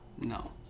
no